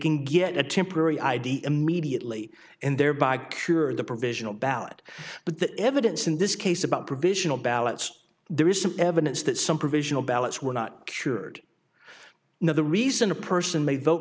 can get a temporary i d immediately and thereby cure the provisional ballot but the evidence in this case about provisional ballots there is some evidence that some provisional ballots were not cured no the reason a person may vote